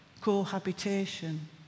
cohabitation